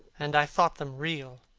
and i thought them real.